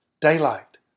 daylight